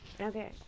Okay